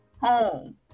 home